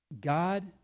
God